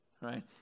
right